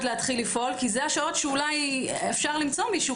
להתחיל לפעול כי אלה השעות שאפשר למצוא מישהו.